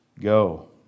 go